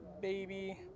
Baby